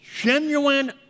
genuine